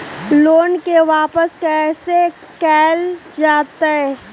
Loan के वापस कैसे कैल जतय?